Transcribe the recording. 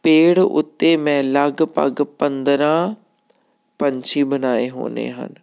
ਪੇੜ ਉੱਤੇ ਮੈਂ ਲਗਭਗ ਪੰਦਰਾਂ ਪੰਛੀ ਬਣਾਏ ਹੋਣੇ ਹਨ